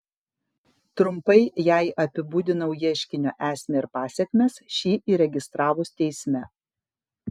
trumpai jai apibūdinau ieškinio esmę ir pasekmes šį įregistravus teisme